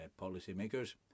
policymakers